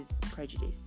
prejudice